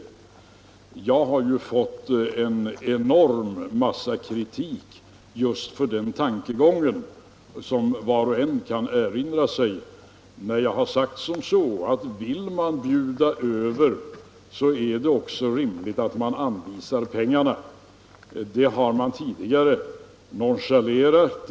Jag har ju fått en enorm massa kritik just för den tankegången, som var och en kan erinra sig, när jag har sagt som så, att vill man bjuda över är det också rimligt att man anvisar pengarna. Det har man tidigare nonchalerat.